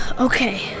Okay